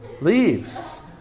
leaves